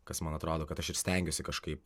kas man atrodo kad aš ir stengiuosi kažkaip